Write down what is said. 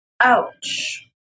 ouch